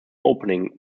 opening